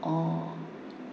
oh